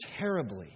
terribly